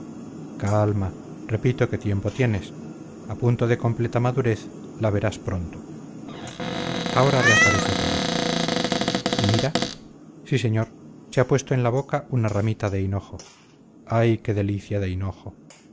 calma repito que tiempo tienes a punto de completa madurez la verás pronto ahora reaparece otra vez y mira sí señor se ha puesto en la boca una ramita de hinojo ay qué delicia de hinojo